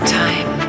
time